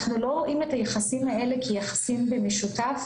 אנחנו לא רואים את היחסים האלה כיחסים במשותף,